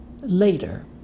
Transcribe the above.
later